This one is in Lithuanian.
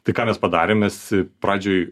tai ką mes padarėm mes pradžioj